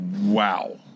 Wow